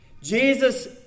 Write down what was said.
Jesus